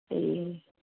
ए